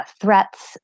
threats